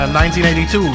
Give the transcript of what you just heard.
1982